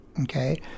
okay